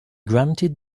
granted